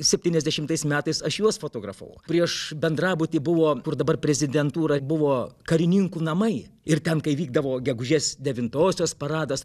septyniasdešimtais metais aš juos fotografavau prieš bendrabutį buvo kur dabar prezidentūra buvo karininkų namai ir ten kai vykdavo gegužės devintosios paradas